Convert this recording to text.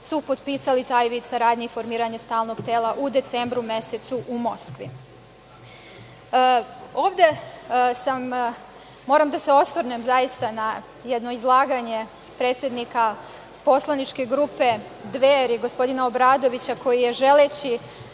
su potpisali taj vid saradnje i formiranje stalnog tela u decembru mesecu u Moskvi. Ovde sam, moram da se osvrnem zaista na jedno izlaganje predsednika poslaničke grupe Dveri, gospodina Obradovića, koji je želeći